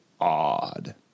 odd